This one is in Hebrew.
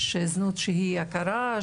יש זנות שהיא הכרה,